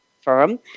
Firm